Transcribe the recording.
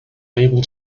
able